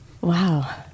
Wow